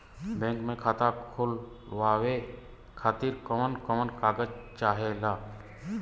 Bank मे खाता खोलवावे खातिर कवन कवन कागज चाहेला?